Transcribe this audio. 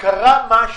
כדי ליישר את המצב